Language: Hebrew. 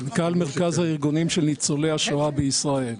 אני מנכ"ל מרכז הארגונים של ניצולי השואה בישראל.